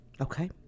Okay